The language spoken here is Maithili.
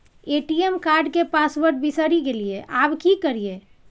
ए.टी.एम कार्ड के पासवर्ड बिसरि गेलियै आबय की करियै?